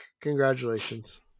Congratulations